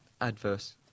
adverse